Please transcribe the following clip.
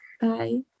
Bye